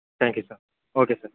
thank you sir okay sir